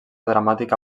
dramàtica